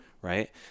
right